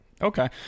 Okay